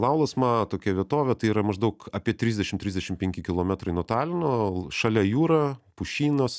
laulasma tokia vietovė tai yra maždaug apie trisdešim trisdešim penki kilometrai nuo talino šalia jūra pušynas